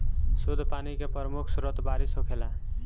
शुद्ध पानी के प्रमुख स्रोत बारिश होखेला